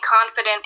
confident